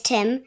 Tim